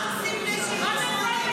ערסים בני 70 80?